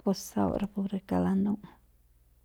pus sau rapu re kauk lanu'u.